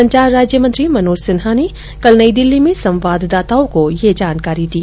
संचार राज्यमंत्री मनोज सिन्हा ने कल नई दिल्ली में संवाददाताओं को यह जानकारी दी